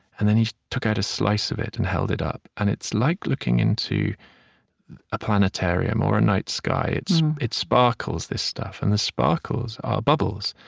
and then he took out a slice of it and held it up. and it's like looking into a planetarium or a night sky. it sparkles, this stuff, and the sparkles are bubbles.